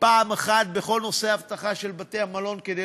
פעם אחת בכל נושא האבטחה של בתי-המלון כדי